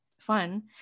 fun